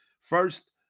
first